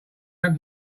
under